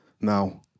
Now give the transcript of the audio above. Now